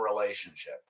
relationship